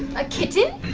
a kitten?